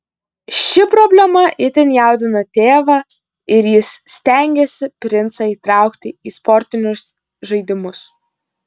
ši problema itin jaudina tėvą ir jis stengiasi princą įtraukti į sportinius žaidimus